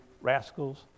rascals